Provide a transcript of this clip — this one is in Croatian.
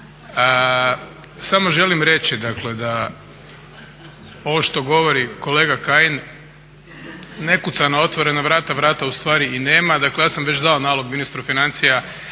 Samo želim reći da ovo što govori kolega Kajin ne kuca na otvorena vrata, vrata ustvari i nema. Dakle ja sam već dao nalog ministru financija